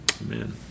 Amen